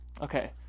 Okay